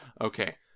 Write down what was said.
okay